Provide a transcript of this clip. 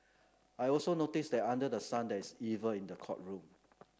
I also noticed that under the sun there is evil in the courtroom